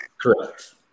Correct